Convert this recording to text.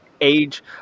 age –